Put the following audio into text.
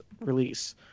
release